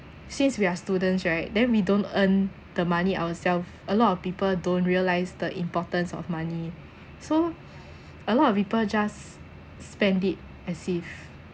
since we are students right then we don't earn the money ourselves a lot of people don't realise the importance of money so a lot of people just spend it as if